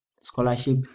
scholarship